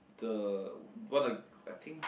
the one of I think